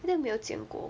很像没有见过